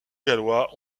gallois